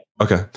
okay